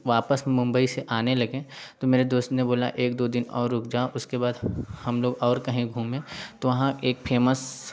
वापस मुंबई से आने लगे तो मेरे दोस्त ने बोला एक दो दिन और रुक जाओ उसके बाद हम लोग और कहीं घूमे तो वहाँ एक फेमस